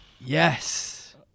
Yes